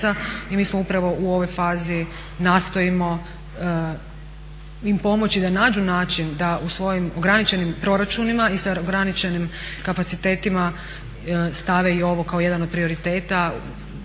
I mi smo upravo u ovoj fazi, nastojimo im pomoći da nađu način da u svojim ograničenim proračunima i sa ograničenim kapacitetima stave i ovo kao jedan od prioriteta